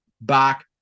back